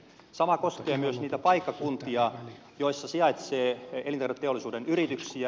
sama koskee myös niitä paikkakuntia joilla sijaitsee elintarviketeollisuuden yrityksiä